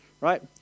right